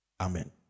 Amen